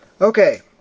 Okay